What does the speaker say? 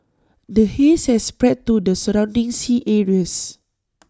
the haze has spread to the surrounding sea areas